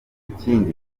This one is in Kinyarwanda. ikindi